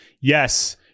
yes